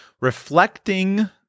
Reflecting